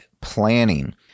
planning